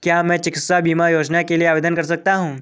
क्या मैं चिकित्सा बीमा योजना के लिए आवेदन कर सकता हूँ?